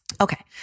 Okay